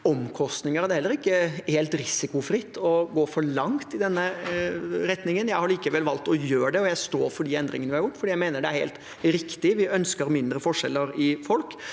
heller ikke helt risikofritt å gå for langt i denne retningen. Jeg har likevel valgt å gjøre det, og jeg står for de endringene vi har gjort, fordi jeg mener det er helt riktig. Vi ønsker mind re forskjeller blant folk